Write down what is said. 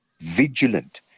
vigilant